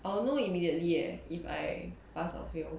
I'll know immediately eh if I pass or fail